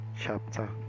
chapter